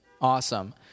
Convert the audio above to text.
awesome